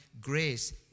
grace